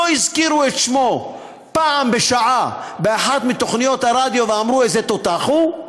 לא הזכירו את שמו פעם בשעה באחת מתוכניות הרדיו ואמרו איזה תותח הוא,